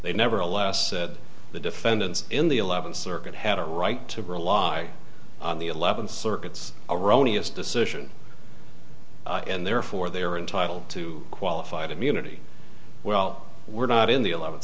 they never alas said the defendants in the eleventh circuit had a right to rely on the eleven circuits erroneous decision and therefore they are entitled to qualified immunity well we're not in the eleventh